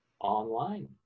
online